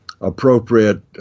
appropriate